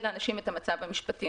לאנשים את המצב המשפטי.